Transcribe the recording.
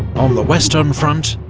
on the western front,